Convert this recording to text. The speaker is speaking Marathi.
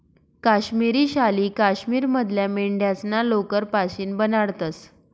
काश्मिरी शाली काश्मीर मधल्या मेंढ्यास्ना लोकर पाशीन बनाडतंस